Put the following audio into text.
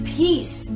peace